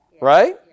right